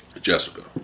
Jessica